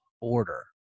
order